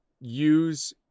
use